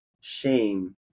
shame